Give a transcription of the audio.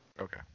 Okay